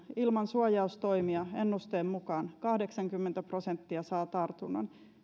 ilman suojaustoimia ennusteen mukaan kahdeksankymmentä prosenttia saa tartunnan